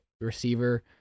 receiver